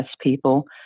people